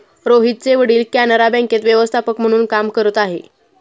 रोहितचे वडील कॅनरा बँकेत व्यवस्थापक म्हणून काम करत आहे